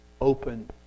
open